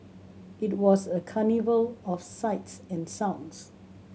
it was a carnival of sights and sounds